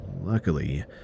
Luckily